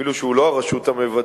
אפילו שהוא לא הרשות המבצעת,